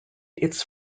its